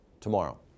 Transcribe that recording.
tomorrow